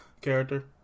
character